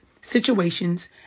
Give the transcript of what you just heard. situations